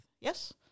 Yes